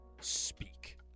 speak